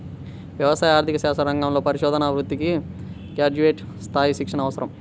వ్యవసాయ ఆర్థిక శాస్త్ర రంగంలో పరిశోధనా వృత్తికి గ్రాడ్యుయేట్ స్థాయి శిక్షణ అవసరం